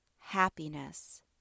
happiness